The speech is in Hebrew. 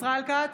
ישראל כץ,